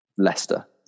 Leicester